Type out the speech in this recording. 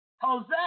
Jose